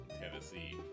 Tennessee